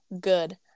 Good